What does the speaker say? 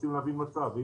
רוצים להבין מצב.